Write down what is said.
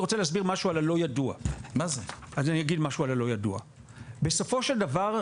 אני רוצה להסביר משהו על ה"לא ידוע": בסופו של דבר,